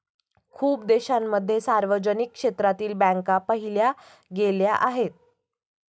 खूप देशांमध्ये सार्वजनिक क्षेत्रातील बँका पाहिल्या गेल्या आहेत